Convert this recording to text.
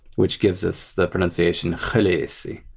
which gives us the pronunciation khal-eh-eh-si.